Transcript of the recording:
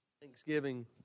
Thanksgiving